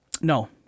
No